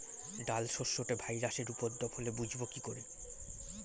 ডাল শস্যতে ভাইরাসের উপদ্রব হলে বুঝবো কি করে?